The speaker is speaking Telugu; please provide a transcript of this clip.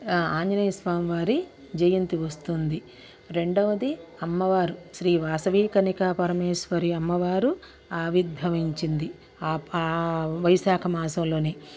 ఆంజనేయస్వామి వారి జయంతి వస్తోంది రెండవది అమ్మవారు శ్రీ వాసవి కన్యకా పరమేశ్వరి అమ్మవారు ఆవిర్భవించింది ఆ వైశాకమాసంలోనే